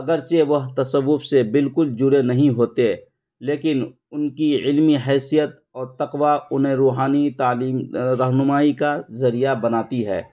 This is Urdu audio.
اگرچہ وہ تصوف سے بالکل جڑے نہیں ہوتے لیکن ان کی علمی حیثیت اور تقوی انہیں روحانی تعلیم رہنمائی کا ذریعہ بناتی ہے